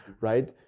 right